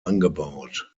angebaut